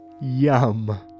Yum